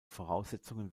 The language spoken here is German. voraussetzungen